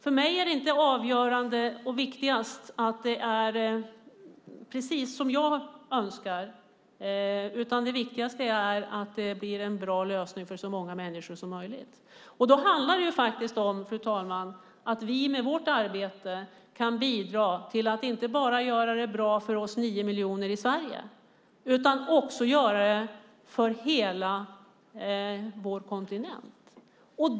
För mig är det inte avgörande och viktigast att det blir precis som jag önskar. Det viktigaste är att det blir en bra lösning för så många människor som möjligt. Det handlar om att vi med vårt arbete kan bidra till att inte bara göra det bra för oss nio miljoner i Sverige utan också göra det bra för hela vår kontinent.